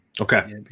Okay